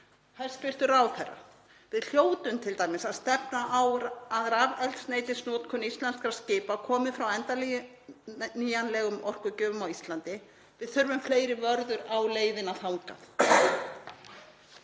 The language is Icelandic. Hæstv. forseti. Við hljótum t.d. að stefna á að rafeldsneytisnotkun íslenskra skipa komi frá endurnýjanlegum orkugjöfum á Íslandi. Við þurfum fleiri vörður á leiðinni þangað.